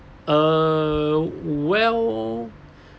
err well